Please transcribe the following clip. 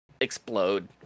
explode